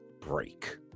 break